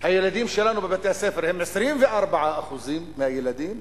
הילדים שלנו בבתי-הספר הם 24% מהילדים,